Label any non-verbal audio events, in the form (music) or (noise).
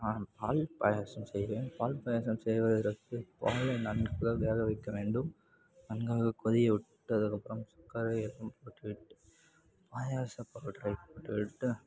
நான் பால் பாயசம் செய்வேன் பால் பாயசம் செய்வதற்கு பாலை நன்கு வேக வைக்க வேண்டும் நன்றாக கொதிக்கவிட்டு அதுக்கப்புறம் (unintelligible) பாயசப் பவுடரை போட்டுவிட்டு